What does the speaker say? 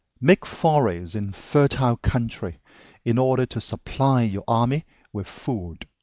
make forays in fertile country in order to supply your army with food.